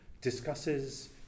discusses